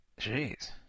Jeez